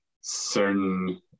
certain